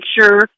sure